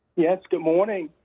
yes. good morning,